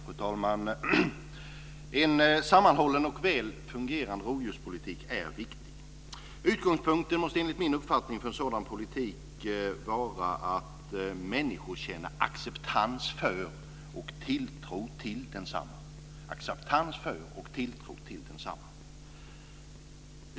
Fru talman! En sammanhållen och väl fungerande rovdjurspolitik är viktig. Utgångspunkten för en sådan politik måste enligt min uppfattning vara att människor känner acceptans för och tilltro till densamma.